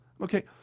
Okay